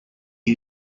you